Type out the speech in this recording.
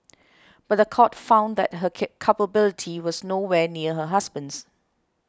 but the court found that her culpability was nowhere near her husband's